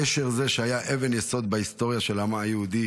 קשר זה היה אבן יסוד בהיסטוריה של העם היהודי.